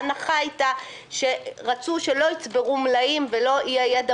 ההנחה הייתה שרצו שלא יצברו מלאים ולא יהיה ידע